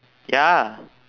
ya